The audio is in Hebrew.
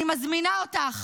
אני מזמינה אותך